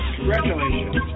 Congratulations